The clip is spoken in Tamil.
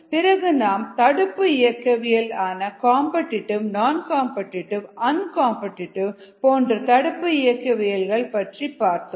பிறகு நாம் தடுப்பு இயக்கவியல் ஆன competitive non competitive uncompetitive போன்ற தடுப்பு இயக்கவியல்கள் பற்றி பார்த்தோம்